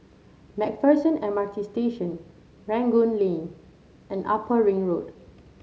MacPherson M R T Station Rangoon Lane and Upper Ring Road